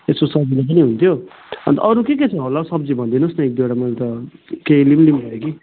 यसो सजिलो पनि हुन्थ्यो अन्त अरू के के छ होला हौ सब्जी भनिदिनु होस् न एक दुईवटा मैले त के लिऊँ लिऊँ भयो कि